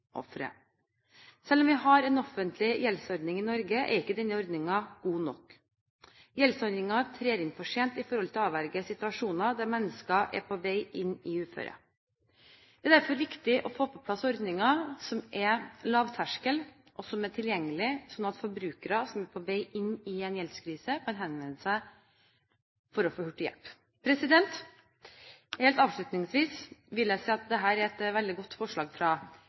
Selv om vi har en offentlig gjeldsordning i Norge, er ikke denne ordningen god nok. Gjeldsordningen trer inn for sent i forhold til å avverge situasjoner der mennesker er på vei inn i et uføre. Det er derfor viktig å få på plass ordninger som er lavterskeltiltak, og som er tilgjengelige, slik at forbrukere som er på vei inn i en gjeldskrise, kan henvende seg for å få hurtig hjelp. Helt avslutningsvis vil jeg si at dette er et veldig godt forslag fra